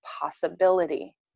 possibility